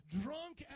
drunk